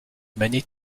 many